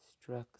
struck